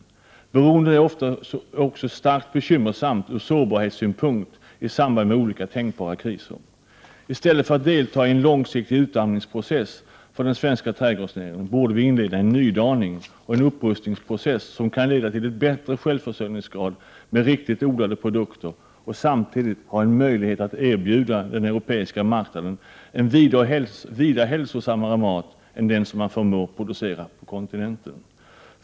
Beroendet är också starkt bekymmersamt ur sårbarhetssynpunkt i samband med olika tänkbara kriser. I stället för att delta i en långsiktig utarmningsprocess för den svenska trädgårdsnäringen borde vi inleda en nydaningsoch upprustningsprocess som kan leda till en bättre självförsörjningsgrad med riktigt odlade produkter och samtidigt ha en möjlighet att erbjuda den europeiska marknaden en vida hälsosammare mat än den som man förmår att producera på kontinenten.